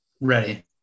Ready